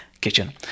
Kitchen